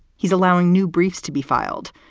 he's allowing new briefs to be filed,